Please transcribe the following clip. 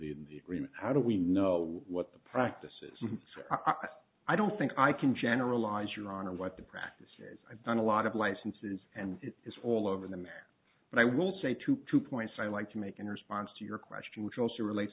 within the agreement how do we know what the practices are i don't think i can generalize your honor what the practice is i've done a lot of licenses and it is all over the map but i will say two points i'd like to make in response to your question which also relates